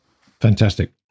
fantastic